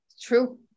True